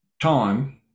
time